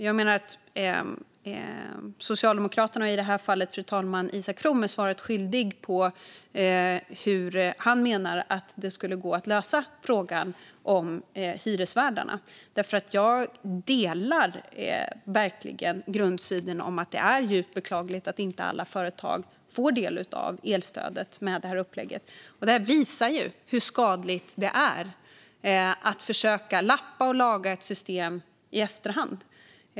Jag menar att Socialdemokraterna - i det här fallet Isak From, fru talman - är svaret skyldiga när det gäller hur det skulle gå att lösa frågan om hyresvärdarna. Jag delar verkligen grundsynen att det är djupt beklagligt att alla företag inte får del av elstödet med det här upplägget. Det visar ju hur skadligt det är att försöka lappa och laga ett system i efterhand.